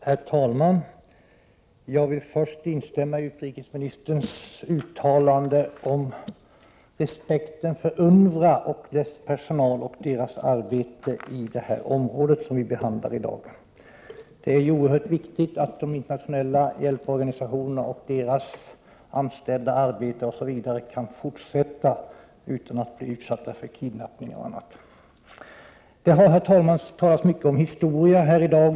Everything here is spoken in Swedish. Herr talman! Jag vill först instämma i utrikesministerns uttalande om respekten för UNRWA, dess personal och dess arbete i det område som vi talar om i dag. Det är oerhört viktigt att de internationella hjälporganisationerna och deras anställda kan fortsätta att arbeta utan att bli utsatta för kidnappningar och annat. Herr talman! Det har talats mycket om historia här i dag.